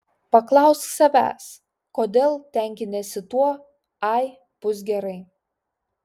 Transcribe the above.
paklausk savęs kodėl tenkiniesi tuo ai bus gerai